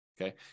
okay